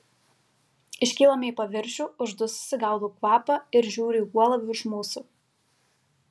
iškylame į paviršių uždususi gaudau kvapą ir žiūriu į uolą virš mūsų